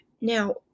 Now